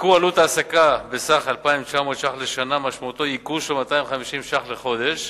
ייקור עלות העסקה בסך 2,900 שקלים לשנה משמעו ייקור של 250 שקלים לחודש.